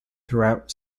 throughout